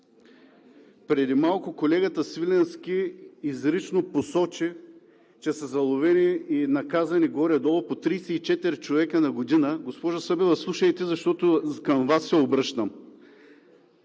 Преди малко колегата Свиленски изрично посочи, че са заловени и наказани горе-долу по 34 човека на година… Госпожо Събева, слушайте, защото към Вас се обръщам!